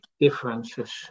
differences